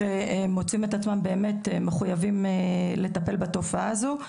שמוצאים את עצמם באמת מחויבים לטפל בתופעה הזו.